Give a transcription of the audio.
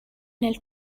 nel